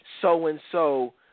So-and-so